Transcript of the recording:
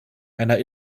einer